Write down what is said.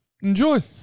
enjoy